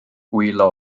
wylo